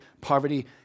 poverty